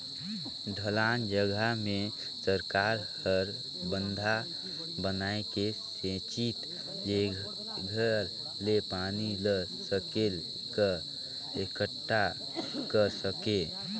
ढलान जघा मे सरकार हर बंधा बनाए के सेचित जेखर ले पानी ल सकेल क एकटठा कर सके